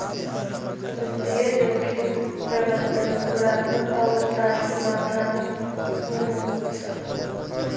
वित्तीय जोखिम प्रबंधन गुणात्मक आउर मात्रात्मक हो सकला